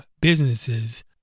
businesses